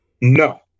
No